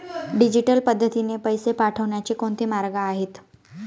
Digital पद्धतीने पैसे पाठवण्याचे कोणते मार्ग आहेत?